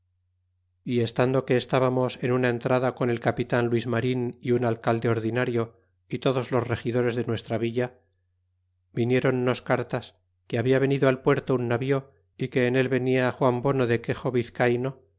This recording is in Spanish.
y estando que estábamos en una entrada con el capitan luis marin e un alcalde ordinario y todos los regidores de nuestra villa vinieronnos cartas que habla venido al puerto un navío y que en él venia juan bono de quexo vizcayno